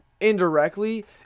Indirectly